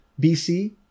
BC